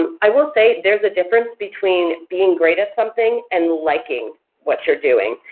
and i will say there's a difference between being great at something and liking what you're doing.